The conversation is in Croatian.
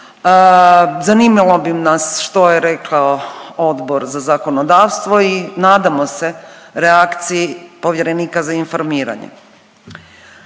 Zanimalo bi nas što je rekao Odbor za zakonodavstvo i nadamo se reakciji Povjerenika za informiranje.